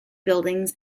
buildings